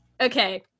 okay